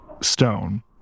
stone